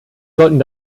sollten